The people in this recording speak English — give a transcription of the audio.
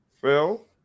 phil